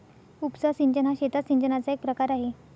उपसा सिंचन हा शेतात सिंचनाचा एक प्रकार आहे